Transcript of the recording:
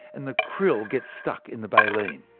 and the krill get stuck in the baleen.